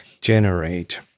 Generate